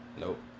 Nope